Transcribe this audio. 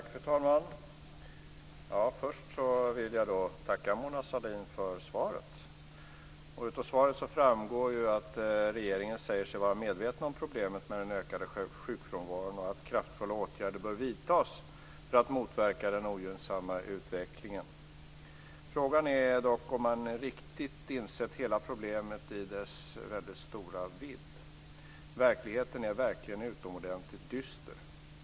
Fru talman! Först vill jag tacka Mona Sahlin för svaret. Av svaret framgår att regeringen säger sig vara medveten om problemet med den ökade sjukfrånvaron och att kraftfulla åtgärder bör vidtas för att motverka den ogynnsamma utvecklingen. Frågan är dock om man riktigt har insett problemet i dess stora vidd. Verkligheten är utomordentligt dyster.